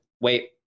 wait